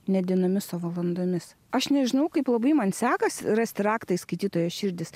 ne dienomis o valandomis aš nežinau kaip labai man sekasi rasti raktą į skaitytojų širdis